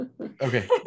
Okay